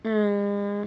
mm